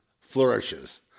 flourishes